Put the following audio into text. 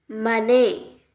ಮನೆ